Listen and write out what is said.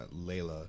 Layla